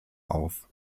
auf